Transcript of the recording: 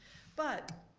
but